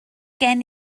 gen